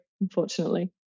unfortunately